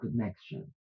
connection